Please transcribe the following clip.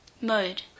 Mode